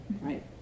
right